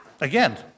again